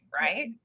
right